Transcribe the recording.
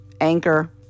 Anchor